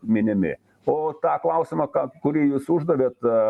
minimi o tą klausimą ką kurį jūs uždavėt